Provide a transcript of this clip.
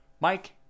Mike